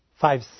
five